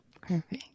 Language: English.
perfect